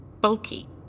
bulky